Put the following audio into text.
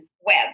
web